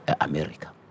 America